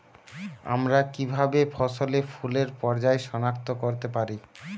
আমরা কিভাবে ফসলে ফুলের পর্যায় সনাক্ত করতে পারি?